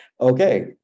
okay